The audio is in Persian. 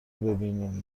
ببینین